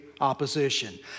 opposition